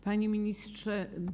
Panie Ministrze!